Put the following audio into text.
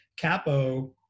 Capo